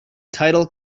title